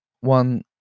one